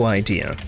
idea